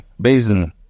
Basin